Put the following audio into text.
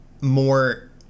more